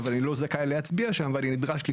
והתושבים שלהם צריכים להצביע בקלפיות יהודיות